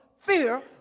fear